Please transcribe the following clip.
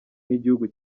n’igihugu